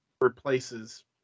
replaces